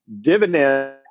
dividend